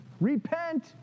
Repent